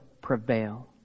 prevail